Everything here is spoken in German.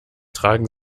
tragen